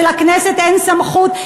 שלכנסת אין סמכות?